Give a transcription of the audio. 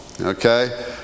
Okay